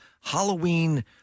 Halloween –